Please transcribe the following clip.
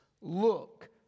look